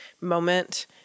moment